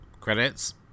credits